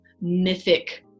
mythic